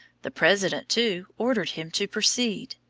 the president, too, ordered him to proceed.